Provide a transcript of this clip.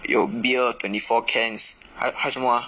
有 beer twenty four cans 还还有什么 ah